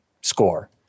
score